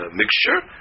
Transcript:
mixture